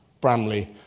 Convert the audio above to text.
Bramley